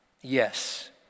Yes